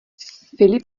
filip